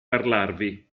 parlarvi